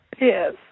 Yes